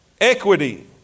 Equity